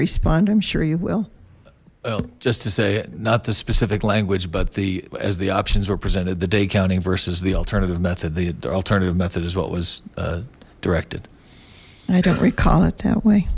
respond i'm sure you will well just to say not the specific language but the as the options were presented the day counting versus the alternative method the alternative method is what was directed i don't recall it that way